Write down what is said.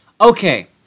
Okay